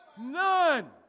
None